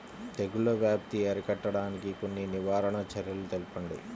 తెగుళ్ల వ్యాప్తి అరికట్టడానికి కొన్ని నివారణ చర్యలు తెలుపండి?